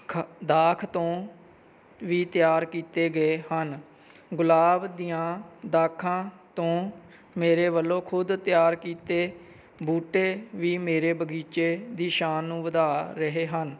ਖਾ ਦਾਖ ਤੋਂ ਵੀ ਤਿਆਰ ਕੀਤੇ ਗਏ ਹਨ ਗੁਲਾਬ ਦੀਆਂ ਦਾਖਾਂ ਤੋਂ ਮੇਰੇ ਵੱਲੋਂ ਖੁਦ ਤਿਆਰ ਪਰ ਕੀਤੇ ਬੂਟੇ ਵੀ ਮੇਰੇ ਬਗੀਚੇ ਦੀ ਸ਼ਾਨ ਨੂੰ ਵਧਾ ਰਹੇ ਹਨ